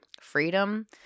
Freedom